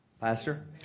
Pastor